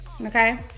okay